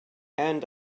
and